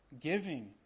Giving